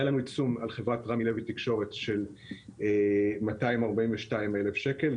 היה לנו עיצום על חברת רמי לוי תקשורת של 242,000 שקלים.